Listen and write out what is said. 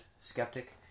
skeptic